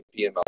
PML